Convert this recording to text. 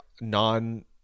non